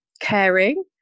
caring